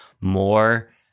more